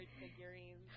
figurines